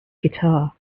guitar